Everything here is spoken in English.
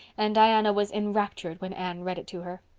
and diana was enraptured when anne read it to her.